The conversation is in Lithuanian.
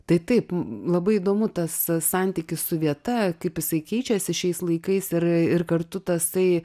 tai taip labai įdomu tas santykis su vieta kaip jisai keičiasi šiais laikais ir ir kartu tasai